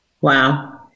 Wow